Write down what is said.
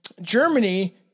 Germany